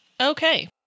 Okay